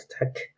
attack